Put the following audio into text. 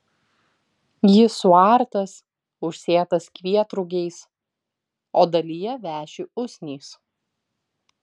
jis suartas užsėtas kvietrugiais o dalyje veši usnys